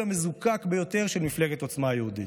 המזוקק ביותר של מפלגת עוצמה יהודית.